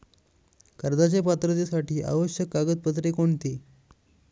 कर्जाच्या पात्रतेसाठी आवश्यक कागदपत्रे कोणती?